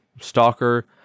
stalker